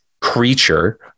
creature